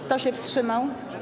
Kto się wstrzymał?